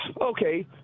okay